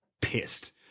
pissed